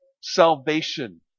salvation